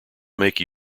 make